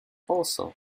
also